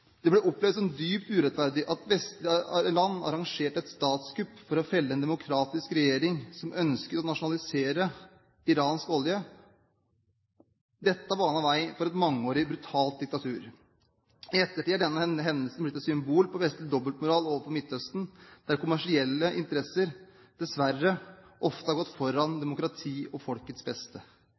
Det ble opplevd som dypt urettferdig at vestlige land arrangerte et statskupp for å felle en demokratisk regjering som ønsket å nasjonalisere iransk olje. Dette banet vei for et mangeårig brutalt diktatur. I ettertid er denne hendelsen blitt et symbol på vestlig dobbeltmoral overfor Midtøsten, der kommersielle interesser dessverre ofte har gått foran demokrati og folkets beste.